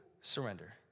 surrender